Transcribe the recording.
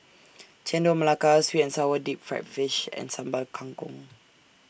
Chendol Melaka Sweet and Sour Deep Fried Fish and Sambal Kangkong